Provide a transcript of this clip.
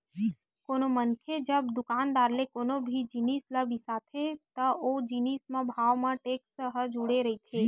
कोनो मनखे जब दुकानदार ले कोनो भी जिनिस ल बिसाथे त ओ जिनिस म भाव म टेक्स ह जुड़े रहिथे